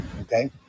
Okay